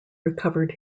recovered